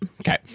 Okay